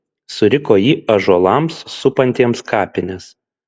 suriko ji ąžuolams supantiems kapines